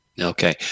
Okay